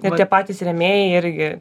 ir tie patys rėmėjai irgi